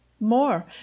More